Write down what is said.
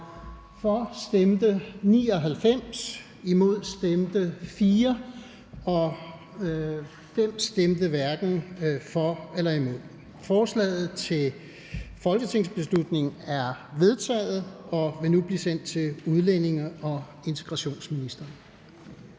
Fonseca (UFG)), imod stemte 4 (DF), hverken for eller imod stemte 5 (EL). Forslaget til folketingsbeslutning er vedtaget og vil nu blive sendt til udlændinge- og integrationsministeren.